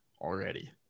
already